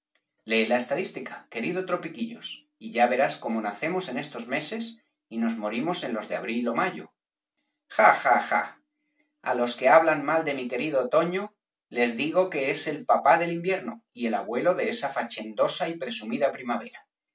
lee la estadística querido tropiquillos y verás cómo nacemos en estos meses y nos morimos en los de abril ó mayo ja ja ja a los que me hablan mal de mi querido otoño les digo que es el papá del invierno y el abuelo de esa fachendosa y presumida primavera